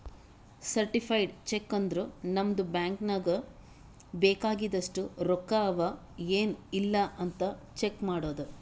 certified cheque ಅಂದುರ್ ನಮ್ದು bank ನಾಗ್ ಬೇಕ್ ಆಗಿದಷ್ಟು ರೊಕ್ಕಾ ಅವಾ ಎನ್ ಇಲ್ಲ್ ಅಂತ್ ಚೆಕ್ ಮಾಡದ್